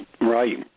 Right